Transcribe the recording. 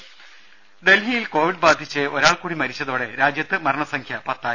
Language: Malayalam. ദദ ഡൽഹിയിൽ കോവിഡ് ബാധിച്ച് ഒരാൾകൂടി മരിച്ചതോടെ രാജ്യത്ത് മരണസംഖ്യ പത്തായി